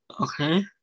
Okay